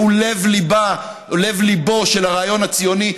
שהוא לב-ליבו של הרעיון הציוני.